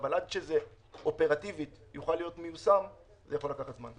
אבל עד שאופרטיבית זה יוכל להיות מיושם זה יכול לקחת זמן.